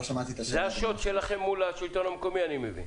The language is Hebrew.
אני מבין